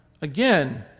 again